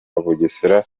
bugesera